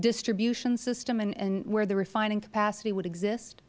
distribution system and where the refining capacity would exist